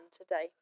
today